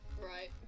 Right